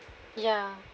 ya